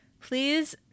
Please